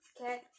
Okay